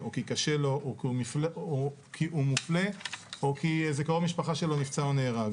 או כי קשה לו או כי הוא מופלה או כי איזה קרוב משפחה שלו נפצע או נהרג.